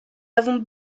avons